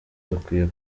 dukwiye